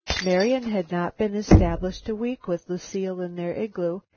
marian had not been established a week with lucile in their igloo,